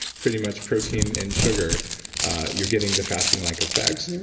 pretty much protein and sugar you're getting the fasting like effects.